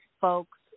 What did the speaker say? folks